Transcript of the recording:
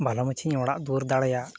ᱵᱷᱟᱞᱚ ᱢᱟᱹᱪᱷᱟᱧ ᱚᱲᱟᱜ ᱫᱩᱣᱟᱹᱨ ᱫᱟᱲᱮᱭᱟᱜ